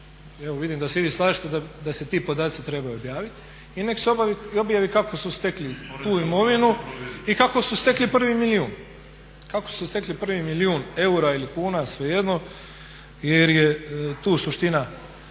evo vidim da se i vi slažete da se ti podaci trebaju objaviti i nek' se objavi kako su stekli tu imovinu i kako su stekli prvi milijun, kako su stekli prvi milijun eura ili kuna, svejedno jer je tu suština